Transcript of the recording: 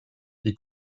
die